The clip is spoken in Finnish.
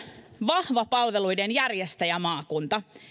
vahva palveluiden järjestäjämaakunta